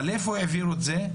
אבל לאן העבירו את זה,